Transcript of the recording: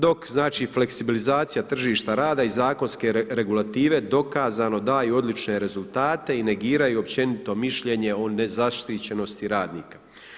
Dok znači fleksibilizacija tržišta rada i zakonske regulative dokazano daju odlične rezultate i negiraju općenito mišljenje o nezaštićenosti radnika.